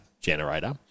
generator